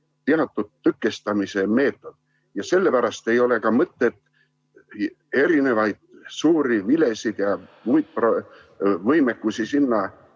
teatud tõkestamise meetod. Sellepärast ei ole ka mõtet erinevaid suuri vilesid ja muid võimekusi sinna